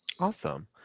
Awesome